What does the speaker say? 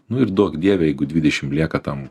nu ir duok dieve jeigu dvidešim lieka tam